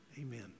Amen